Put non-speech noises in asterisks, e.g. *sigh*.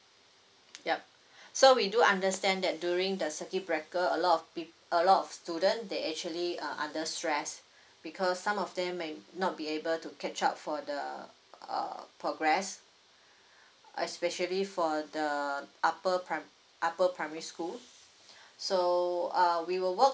ya *breath* so we do understand that during the circuit breaker a lot of peop~ a lot of student they actually uh under stress *breath* because some of them may not be able to catch up for the uh progress *breath* especially for the upper prim~ upper primary school *breath* so uh we will work